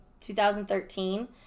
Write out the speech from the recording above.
2013